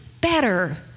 better